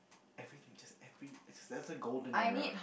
everything just every that's a golden era